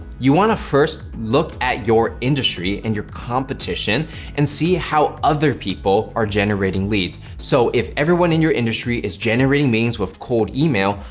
you wanna first look at your industry and your competition and see how other people are generating leads. so if everyone in your industry is generating means with cold email,